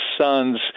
sons